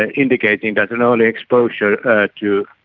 ah indicating that an early exposure to